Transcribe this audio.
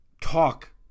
talk